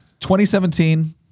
2017